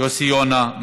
יוסי יונה.